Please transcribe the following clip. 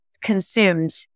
consumed